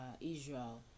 israel